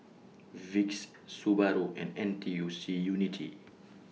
Vicks Subaru and N T U C Unity